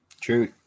true